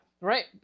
right